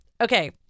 Okay